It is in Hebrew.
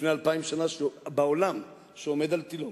בעולם מלפני אלפיים שנה שעומד על תלו.